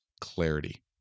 clarity